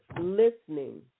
listening